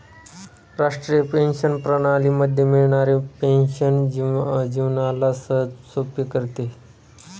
राष्ट्रीय पेंशन प्रणाली मध्ये मिळणारी पेन्शन जीवनाला सहजसोपे करते